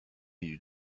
you